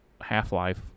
Half-Life